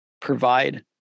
provide